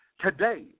Today